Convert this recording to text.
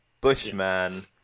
Bushman